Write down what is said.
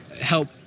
help